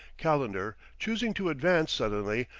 calendar, choosing to advance suddenly,